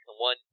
One